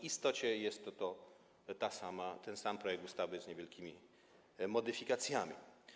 W istocie jest to ten sam projekt ustawy z niewielkimi modyfikacjami.